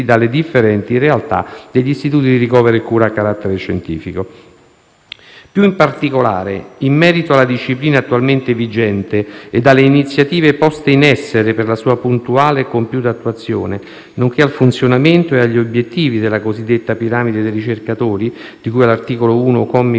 Più in particolare, in merito alla disciplina attualmente vigente e alle iniziative poste in essere per la sua puntuale e compiuta attuazione, nonché al funzionamento e agli obiettivi della cosiddetta piramide dei ricercatori, di cui all'articolo 1, commi 422 - 434, della legge del 27 dicembre